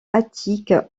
attique